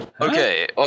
Okay